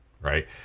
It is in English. right